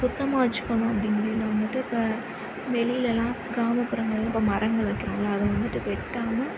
சுத்தமாக வச்சுக்கணும் அப்படின் முறையில் வந்துவிட்டு இப்போ வெளிலெயெல்லாம் கிராமப்புறங்களில் இப்போ மரங்கள் வெட்டுகிறோம்ல அதை வந்துட்டு வெட்டாமல்